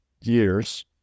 years